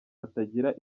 hatagira